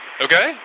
Okay